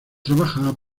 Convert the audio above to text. trabaja